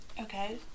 Okay